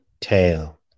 tail